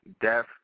death